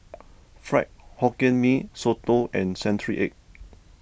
Fried Hokkien Mee Soto and Century Egg